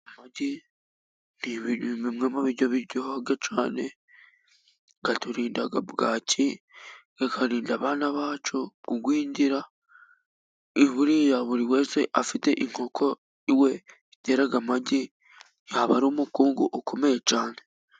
Amagi ni bintu bimwe mu biryo biryoha cyane, aturinda bwaki, akarinda abana bacu kugwingira, buriya buri wese afite inkoko iwe itera amagi yaba ari umukungu ukomeye cyane.